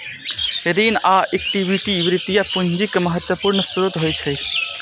ऋण आ इक्विटी वित्तीय पूंजीक महत्वपूर्ण स्रोत होइत छैक